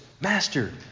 Master